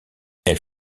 elle